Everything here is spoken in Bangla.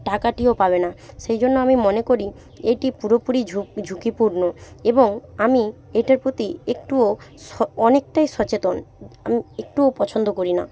টাকাটিও পাবে না সেই জন্য আমি মনে করি এইটি পুরোপুরি ঝুঁকি ঝুঁকিপূর্ণ এবং আমি এটার প্রতি একটুও অনেকটাই সচেতন আমি একটুও পছন্দ করি না